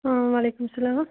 وعلیکُم سلام